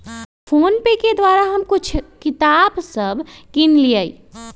PhonePe के द्वारा हम कुछ किताप सभ किनलियइ